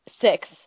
six